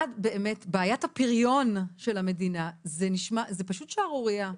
בעיית הפריון של המדינה, זה פשוט שערורייה.